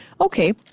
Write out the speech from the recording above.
Okay